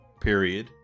period